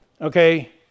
Okay